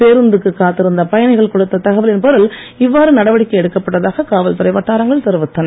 பேருந்துக்கு காத்திருந்த பயணிகள் கொடுத்த தகவலின் பேரில் இவ்வாறு நடவடிக்கை எடுக்கப்பட்டதாக காவல்துறை வட்டாரங்கள் தெரிவித்தன